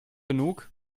genug